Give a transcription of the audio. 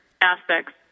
aspects